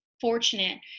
fortunate